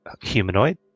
humanoid